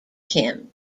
him